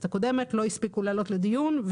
הקודמת אבל לא הספיקו להעלות אותן לדיון.